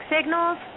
signals